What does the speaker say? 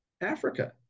Africa